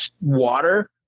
water